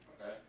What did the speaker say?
Okay